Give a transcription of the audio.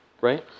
Right